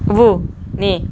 oh eh ni